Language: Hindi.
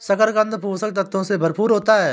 शकरकन्द पोषक तत्वों से भरपूर होता है